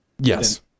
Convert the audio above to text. yes